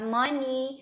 money